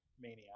Mania